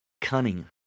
cunning